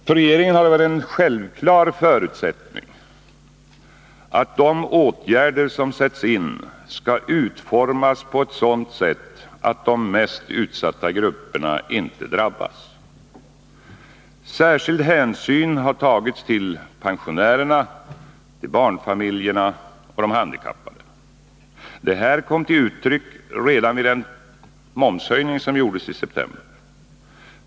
För regeringen har det varit en självklar förutsättning att de åtgärder som sätts in skall utformas på sådant sätt att de mest utsatta grupperna inte drabbas. Särskild hänsyn har tagits till pensionärerna, barnfamiljerna och de handikappade. Detta kom till uttryck redan vid den momshöjning som gjordes i september.